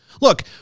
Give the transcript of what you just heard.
Look